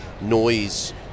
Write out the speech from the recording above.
noise